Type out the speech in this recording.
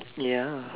ya